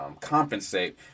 compensate